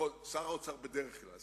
כך אומר שר האוצר בדרך כלל,